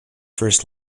first